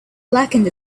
blackened